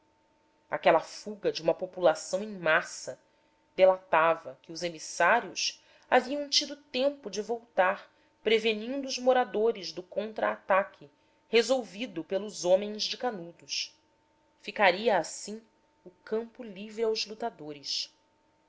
aquela fuga de uma população em massa delatava que os emissários haviam tido tempo de voltar prevenindo os moradores do contra ataque resolvido pelos homens de canudos ficaria assim o campo livre aos lutadores